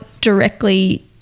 directly